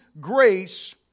grace